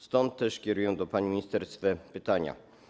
Stąd też kieruję do pani minister swe pytania.